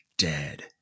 dead